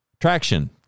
traction